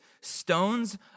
Stones